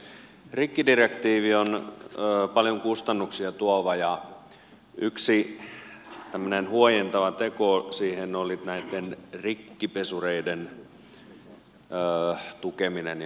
rikkidirektiivi on paljon kustannuksia tuova ja yksi tämmöinen huojentava teko siihen oli näiden rikkipesureiden tukeminen ja mahdollistaminen